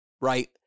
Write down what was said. right